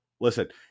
Listen